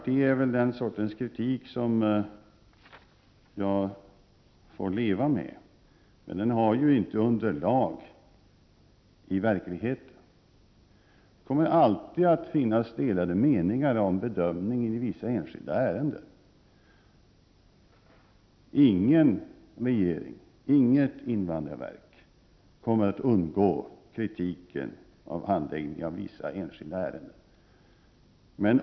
Det är väl den sortens kritik som jag får leva med, men den har inte verklighetsunderlag. Det kommer alltid att finnas delade meningar om bedömningen i vissa enskilda ärenden. Ingen regering och inte heller invandrarverket kommer att undgå kritik av handläggningen i vissa enskilda ärenden.